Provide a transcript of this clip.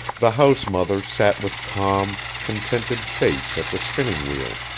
the house-mother sat with calm, contented face at the spinning-wheel